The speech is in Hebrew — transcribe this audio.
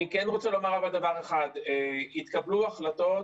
אני כן רוצה לומר אבל דבר אחד: התקבלו החלטות,